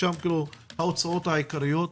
ששם ההוצאות העיקריות.